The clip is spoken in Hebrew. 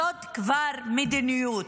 זאת כבר מדיניות.